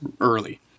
early